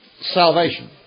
salvation